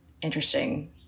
interesting